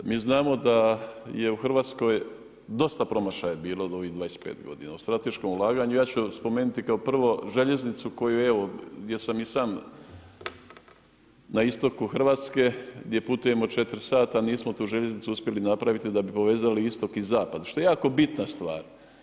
Mi znamo da je u Hrvatskoj dosta promašaja bilo u ovih 25 godina o strateškom ulaganju, ja ću spomenuti kao prvo željeznicu gdje sam i sam na istoku Hrvatske, gdje putujemo 4 sata, nismo tu uspjeli tu željeznicu napraviti da bi povezali istok i zapad što je jako bitna stvar.